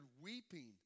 weeping